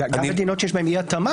גם מדינות שיש בהן אי התאמה,